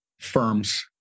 firms